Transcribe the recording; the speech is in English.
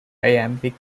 iambic